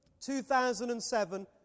2007